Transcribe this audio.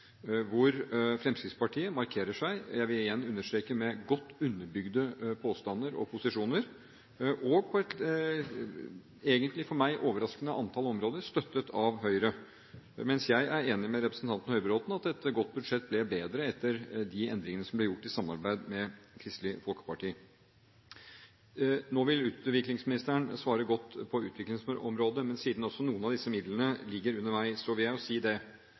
hvor Fremskrittspartiet markerer seg – jeg vil igjen understreke – med godt underbygde påstander og posisjoner og egentlig, for meg, på et overraskende antall områder, støttet av Høyre, mens jeg er enig med representanten Høybråten i at et godt budsjett ble bedre etter de endringene som ble gjort i samarbeid med Kristelig Folkeparti. Nå vil utviklingsministeren svare godt på utviklingsområdet, men siden noen av disse midlene ligger under meg, vil jeg si: Det